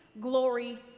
glory